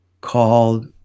called